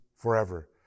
forever